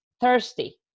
thirsty